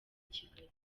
kigali